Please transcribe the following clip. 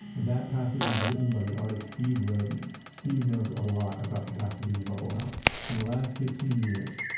that passage was written by the artist steve roden. steve knows a lot about the pasadena bubble house. for the last fifteen years,